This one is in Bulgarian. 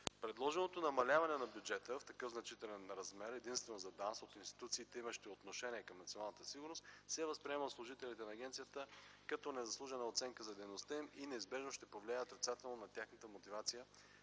Предложеното намаляване на бюджета (в такъв значителен размер единствено за ДАНС от институциите, имащи отношение към националната сигурност) се възприема от служителите на агенцията като незаслужена оценка за дейността им и неизбежно ще повлияе отрицателно на тяхната мотивация